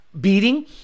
beating